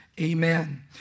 amen